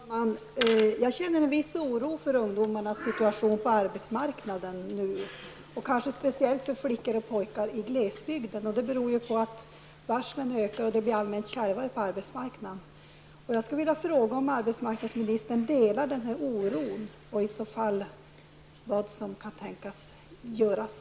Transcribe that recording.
Herr talman! Jag känner en viss oro för ungdomarnas situation på arbetsmarknaden nu, kanske speciellt för flickor och pojkar i glesbygden. Det beror på att antalet varsel ökar och att det blir allmänt kärvare på arbetsmarknaden. Jag skulle vilja fråga om arbetsmarknadsministern delar den oron och vilka åtgärder som kan behöva vidtas.